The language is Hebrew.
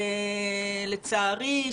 לצערי,